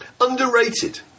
underrated